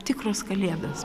tikros kalėdos